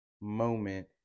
moment